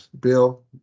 Bill